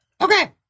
okay